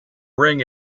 ring